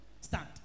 Stand